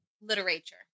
Literature